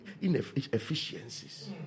inefficiencies